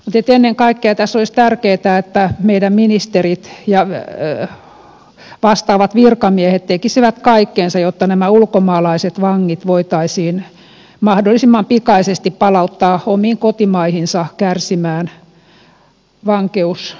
mutta ennen kaikkea tässä olisi tärkeää että meidän ministerit ja vastaavat virkamiehet te kisivät kaikkensa jotta ulkomaalaiset vangit voitaisiin mahdollisimman pikaisesti palauttaa omaan kotimaahansa kärsimään vankeusrangaistusta